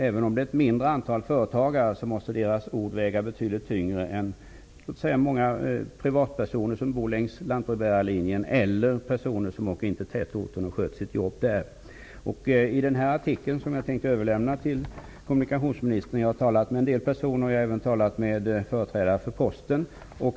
Även om antalet företagare är litet, måste deras ord väga betydligt tyngre än önskemålen från många av de privatpersoner som bor längs lantbrevbärarlinjen och sådana som pendlar till tätorten och arbetar där. Jag kommer att överlämna den nämnda artikeln till kommunikationsministern. Jag har talat med en del personer, bl.a. med företrädare för Posten.